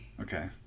Okay